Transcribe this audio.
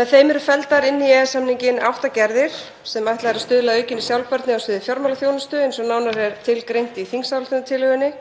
Með þeim eru felldar inn í EES-samninginn átta gerðir sem ætlað er að stuðla að aukinni sjálfbærni á sviði fjármálaþjónustu, eins og nánar er tilgreint í þingsályktunartillögunni.